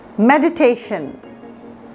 meditation